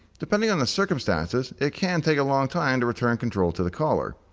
depending on the circumstances, it can take a long time to return control to the caller.